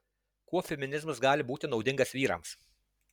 kuo feminizmas gali būti naudingas vyrams